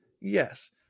Yes